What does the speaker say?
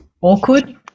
Awkward